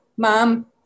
mom